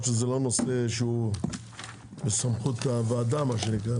שזה לא נושא שהוא בסמכות הוועדה מה שנקרא,